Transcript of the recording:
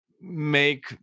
make